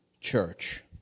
church